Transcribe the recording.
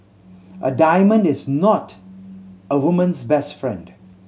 a diamond is not a woman's best friend